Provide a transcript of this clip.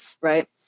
right